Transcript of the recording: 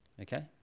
okay